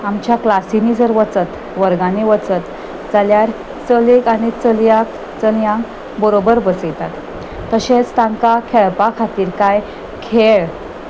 आमच्या क्लासीनी जर वचत वर्गांनी वचत जाल्यार चलेक आनी चलयांक चलयांक बरोबर बसयतात तशेंच तांकां खेळपा खातीर कांय खेळ